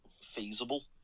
feasible